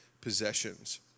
possessions